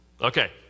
Okay